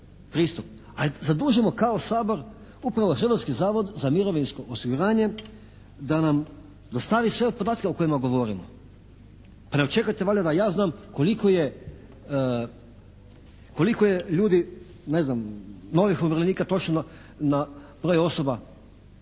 pristup. Zadužimo kao Sabor upravo Hrvatski zavod za mirovinsko osiguranje da nam dostavi sve ove podatke o kojima govorimo. Pa ne očekujete valjda da ja znam koliko je ljudi ne znam novih umirovljenika točno na broj osoba,